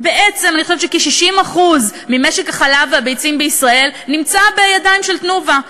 אני חושבת שכ-60% ממשק החלב והביצים בישראל נמצא בידיים של "תנובה".